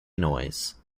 noise